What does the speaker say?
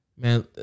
Man